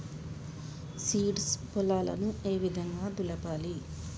Seeds పొలాలను ఏ విధంగా దులపాలి?